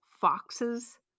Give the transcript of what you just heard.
foxes